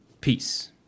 Peace